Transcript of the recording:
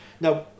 Now